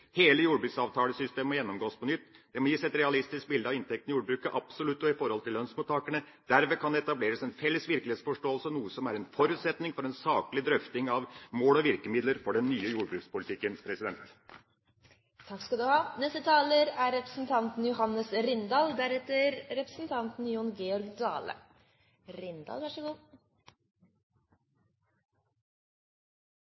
Hele jordbruksavtalesystemet må gjennomgås på nytt, og det må gis et realistisk bilde av inntekten i jordbruket – absolutt og i forhold til lønnsmottakere. Derved kan det etableres en felles virkelighetsforståelse, noe som er en forutsetning for en saklig drøfting av mål og virkemidler for den nye jordbrukspolitikken.